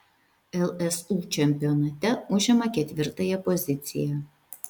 lsu čempionate užima ketvirtąją poziciją